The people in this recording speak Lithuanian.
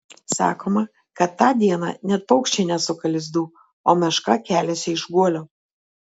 sakoma kad tą dieną net paukščiai nesuka lizdų o meška keliasi iš guolio